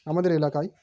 আমাদের এলাকায়